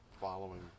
following